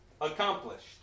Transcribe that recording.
accomplished